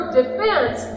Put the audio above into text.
defense